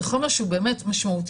זה חובה שהוא באמת משמעותי,